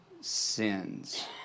sins